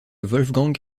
wolfgang